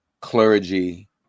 clergy